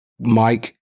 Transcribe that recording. Mike